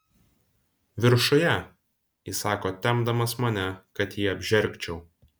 viršuje įsako tempdamas mane kad jį apžergčiau